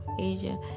asia